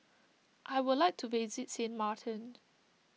I would like to visit Sint Maarten